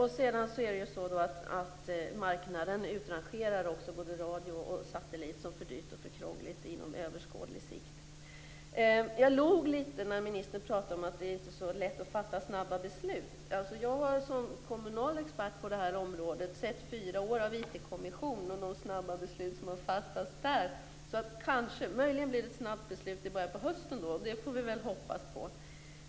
Marknaden utrangerar dessutom både radio och satellit som för dyrt och för krångligt inom överskådlig tid. Jag log lite när ministern pratade om att det inte är så lätt att fatta snabba beslut. Jag har som kommunal expert på det här området sett fyra år av IT kommission och de snabba beslut som har fattats där. Möjligen blir det ett snabbt beslut i början av hösten. Det får vi väl hoppas på.